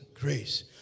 Grace